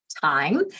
time